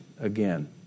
again